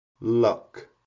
Luck